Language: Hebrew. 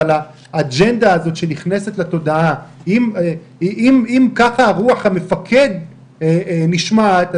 אבל האג'נדה הזאת שנכנסת לתודעה אם ככה רוח המפקד נשמעת,